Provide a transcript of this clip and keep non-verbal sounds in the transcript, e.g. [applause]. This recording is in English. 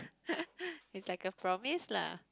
[laughs] it's like a promise lah